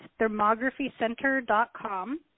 thermographycenter.com